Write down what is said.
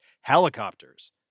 helicopters